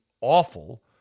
awful